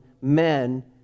men